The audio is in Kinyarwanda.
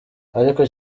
ariko